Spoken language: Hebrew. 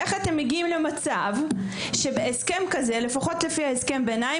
איך אתם מגיעים למצב שבהסכם כזה - לפחות לפי הסכם הביניים,